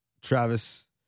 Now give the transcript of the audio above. Travis